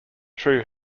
true